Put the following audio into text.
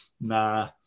nah